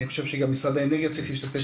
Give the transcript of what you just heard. אני חושב שגם משרד האנרגיה צריך להשתתף,